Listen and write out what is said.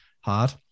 hard